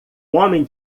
homem